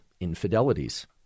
infidelities